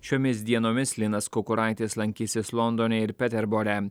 šiomis dienomis linas kukuraitis lankysis londone ir peterbore